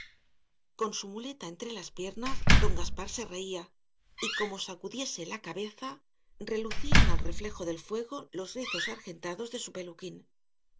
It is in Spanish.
con su muleta entre las piernas don gaspar se reía y como sacudiese la cabeza relucían al reflejo del fuego los rizos argentados de su peluquín